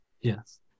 yes